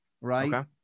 right